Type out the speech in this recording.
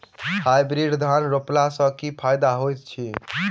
Hybrid धान रोपला सँ की फायदा होइत अछि?